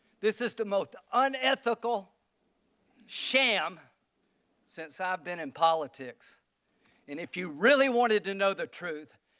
this is the most unethical sham since i have been in politics and if you really wanted to know the truth,